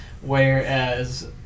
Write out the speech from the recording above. whereas